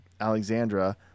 Alexandra